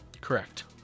Correct